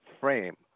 frame